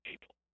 people